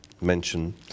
mention